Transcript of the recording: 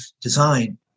design